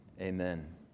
amen